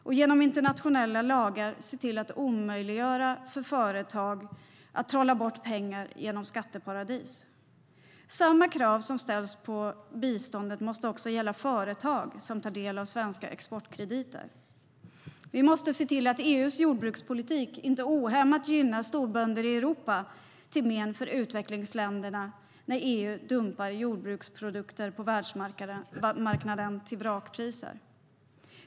Och genom internationella lagar måste vi se till att omöjliggöra för företag att trolla bort pengar genom skatteparadis. Samma krav som ställs på biståndet måste också gälla för företag som tar del av svenska exportkrediter. Vi måste se till att EU:s jordbrukspolitik inte ohämmat gynnar storbönder i Europa till men för utvecklingsländerna när EU dumpar jordbruksprodukter på världsmarknaden till vrakpriser.